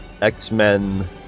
X-Men